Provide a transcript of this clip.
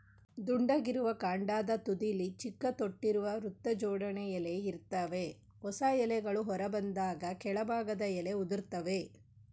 ದುಂಡಗಿರುವ ಕಾಂಡದ ತುದಿಲಿ ಚಿಕ್ಕ ತೊಟ್ಟಿರುವ ವೃತ್ತಜೋಡಣೆ ಎಲೆ ಇರ್ತವೆ ಹೊಸ ಎಲೆಗಳು ಹೊರಬಂದಾಗ ಕೆಳಭಾಗದ ಎಲೆ ಉದುರ್ತವೆ